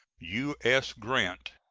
u s. grant.